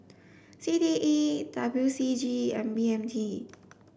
C T E W C G and B M T